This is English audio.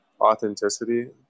authenticity